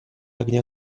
огня